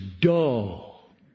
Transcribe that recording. dull